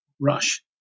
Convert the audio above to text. Rush